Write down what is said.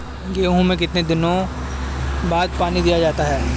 गेहूँ में कितने दिनों बाद पानी दिया जाता है?